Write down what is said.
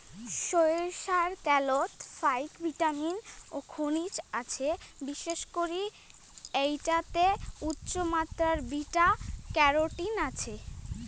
সইরষার ত্যালত ফাইক ভিটামিন ও খনিজ আছে, বিশেষ করি এ্যাইটে উচ্চমাত্রার বিটা ক্যারোটিন আছে